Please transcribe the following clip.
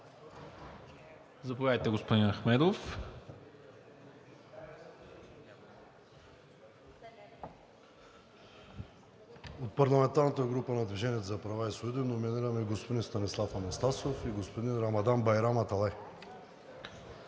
Заповядайте, господин Ахмедов. АХМЕД АХМЕДОВ (ДПС): От парламентарната група на „Движение за права и свободи“ номинираме господин Станислав Анастасов и господин Рамадан Байрам Аталай.